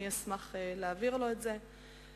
אני אשמח להעביר לו את זה.